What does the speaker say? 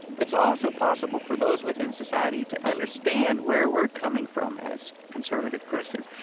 it's also possible for those within society to understand where we're coming from, as conservative christians,